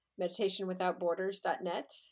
meditationwithoutborders.net